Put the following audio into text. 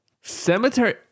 Cemetery